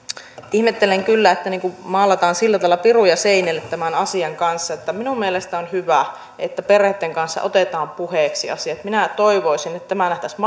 ihmettelen kyllä että sillä tavalla maalataan piruja seinille tämän asian kanssa minun mielestäni on hyvä että perheitten kanssa otetaan puheeksi asiat minä toivoisin että tämä nähtäisiin